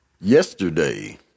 Yesterday